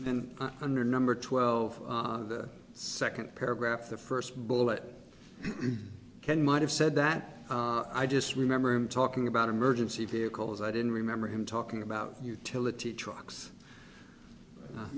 then under number twelve on the second paragraph the first bullet can might have said that i just remember him talking about emergency vehicles i didn't remember him talking about utility trucks